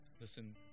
Listen